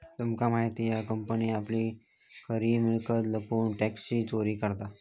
तुमका माहित हा कंपनी आपली खरी मिळकत लपवून टॅक्सची चोरी करता